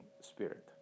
Spirit